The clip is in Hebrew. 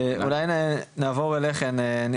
נעבור אליכם,